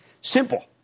Simple